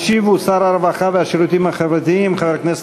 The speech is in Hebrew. חברת הכנסת